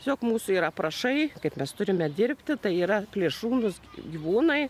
tiesiog mūsų yra aprašai kaip mes turime dirbti tai yra plėšrūnus gyvūnai